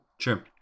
sure